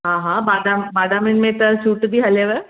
हा हा बादाम बादामनि में त फ्रूट बि हलेव